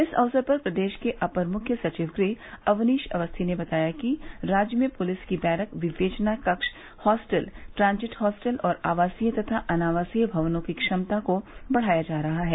इस अवसर पर प्रदेश के अपर मुख्य सचिव गृह अवनीश अवस्थी ने बताया कि राज्य में पूलिस की बैरक विवेचना कक्ष हास्टल ट्रांजिट हास्टल और आवासीय तथा अनावासीय भवनों की क्षमता को बढ़ाया जा रहा है